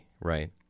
right